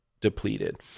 depleted